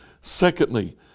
Secondly